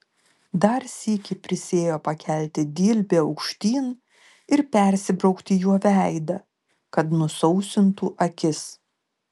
dar sykį prisiėjo pakelti dilbį aukštyn ir persibraukti juo veidą kad nusausintų akis